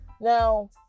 Now